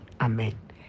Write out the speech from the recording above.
amen